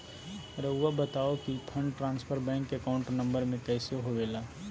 रहुआ बताहो कि fund transfer bank account number में कैसे होबेला?